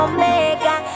Omega